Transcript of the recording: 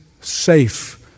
safe